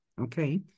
Okay